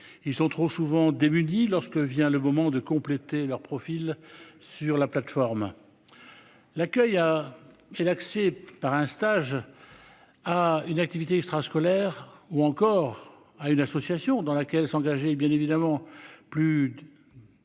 ils sont trop souvent démunis lorsque vient le moment de compléter leur profil sur la plateforme, l'accueil a et l'accès par un stage à une activité extra-scolaire ou encore à une association dans laquelle s'engager et bien évidemment plus facile